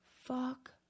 Fuck